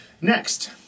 Next